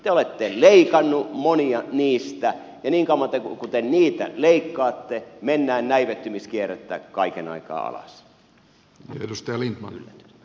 te olette leikanneet monia niistä ja niin kauan kun te niitä leikkaatte mennään näivettymiskierrettä kaiken aikaa alas